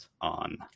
on